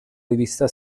rivista